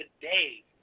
today